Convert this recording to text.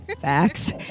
Facts